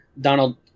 Donald